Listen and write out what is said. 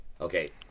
Okay